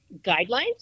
guidelines